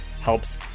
helps